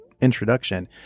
introduction